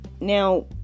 Now